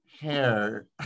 hair